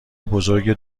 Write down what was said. بزرگ